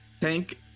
Tank